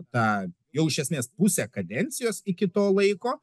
tą jau iš esmės pusę kadencijos iki to laiko